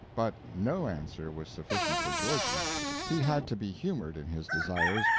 but no answer was sufficient for georgie he had to be humored in his desires,